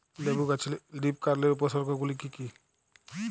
লেবু গাছে লীফকার্লের উপসর্গ গুলি কি কী?